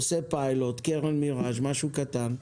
עושה פיילוט, קרן מיראז', משהו קטן,